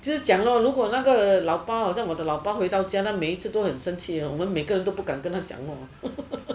只讲了如果那个老爸好像我的老爸回到家了每次都很生气我们每个人都不敢跟他讲话